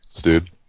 Dude